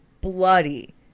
bloody